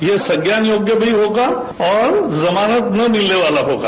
यह संज्ञान योग्य भी होगा और जमानत ना मिलने वाला होगा